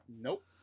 Nope